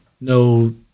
no